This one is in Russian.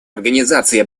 организацией